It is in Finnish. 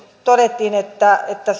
todettiin että että